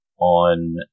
on